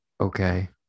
Okay